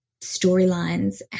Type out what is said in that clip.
storylines